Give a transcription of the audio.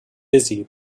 busy